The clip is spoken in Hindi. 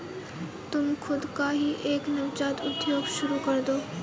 तुम खुद का ही एक नवजात उद्योग शुरू करदो